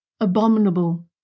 abominable